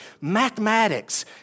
mathematics